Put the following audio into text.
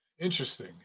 interesting